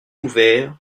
ouvert